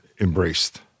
embraced